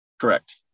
Correct